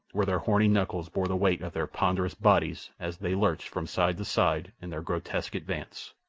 where their horny knuckles bore the weight of their ponderous bodies as they lurched from side to side in their grotesque advance.